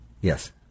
Yes